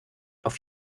auf